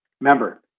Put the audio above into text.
Remember